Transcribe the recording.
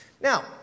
Now